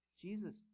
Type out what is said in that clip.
Jesus